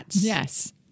Yes